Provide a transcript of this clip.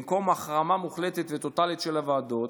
במקום החרמה מוחלטת וטוטלית של הוועדות,